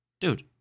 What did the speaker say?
Dude